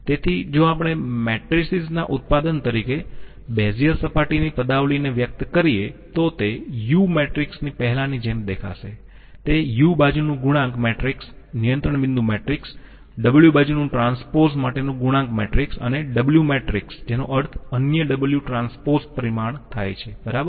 તેથી જો આપણે મેટ્રિસિસ ના ઉત્પાદન તરીકે બેઝીઅર સપાટીની પદાવલિને વ્યક્ત કરીયે તો તે U મેટ્રિક્સ ની પહેલાંની જેમ દેખાશે તે u બાજુનું ગુણાંક મેટ્રિક્સ નિયંત્રણ બિંદુ મેટ્રિક્સ w બાજુનું ટ્રાન્સપોઝ માટેનું ગુણાંક મેટ્રિક્સ અને w મેટ્રિક્સ જેનો અર્થ અન્ય w ટ્રાન્સપૉઝ પરિમાણ થાય છે બરાબર